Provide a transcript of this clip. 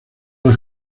las